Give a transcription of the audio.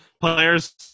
players